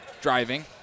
driving